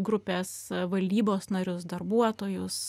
grupės valdybos narius darbuotojus